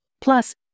plus